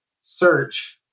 search